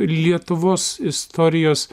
lietuvos istorijos